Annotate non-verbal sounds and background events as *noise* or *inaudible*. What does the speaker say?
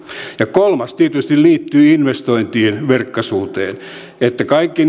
kolmas haaste tietysti liittyy investointien verkkaisuuteen kaikki *unintelligible*